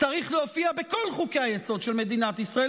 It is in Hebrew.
צריך להופיע בכל חוקי-היסוד של מדינת ישראל,